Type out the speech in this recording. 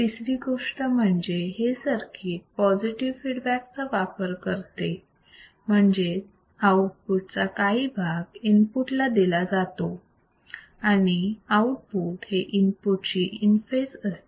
तिसरी गोष्ट म्हणजे हे सर्किट पॉझिटिव फीडबॅक चा वापर करते म्हणजेच आउटपुट चा काही भाग इनपुट ला दिला जातो आणि आउटपुट हे इनपुट शी इन फेज असते